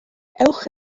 ewch